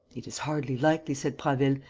it is hardly likely, said prasville,